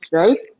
right